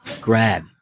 grab